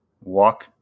walk